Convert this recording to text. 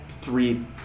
three